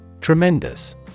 Tremendous